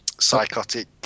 Psychotic